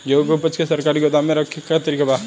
गेहूँ के ऊपज के सरकारी गोदाम मे रखे के का तरीका बा?